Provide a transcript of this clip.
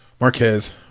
Marquez